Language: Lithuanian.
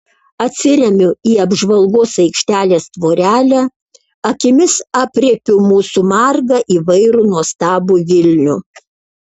atsiremiu į apžvalgos aikštelės tvorelę akimis aprėpiu mūsų margą įvairų nuostabų vilnių